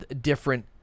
different